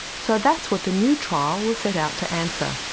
so that's what the new trial will set out to answer.